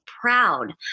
proud